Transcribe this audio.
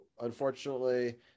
unfortunately